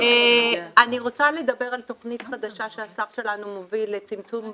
אני רוצה לדבר על תכנית חדשה שהשר שלנו מוביל לצמצום הבדידות,